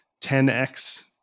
10x